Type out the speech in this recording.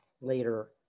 later